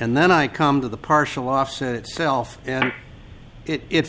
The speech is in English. and then i come to the partial offset itself and it